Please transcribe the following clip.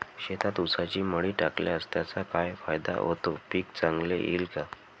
शेतात ऊसाची मळी टाकल्यास त्याचा काय फायदा होतो, पीक चांगले येईल का?